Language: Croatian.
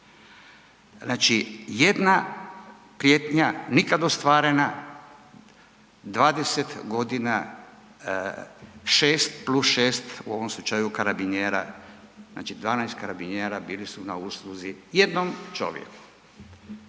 Znači, jedna prijetnja nikad ostvarena, 20 godina 6 plus 6 u ovom slučaju karabinjera, znači 12 karabinjera bili su na usluzi jednom čovjeku.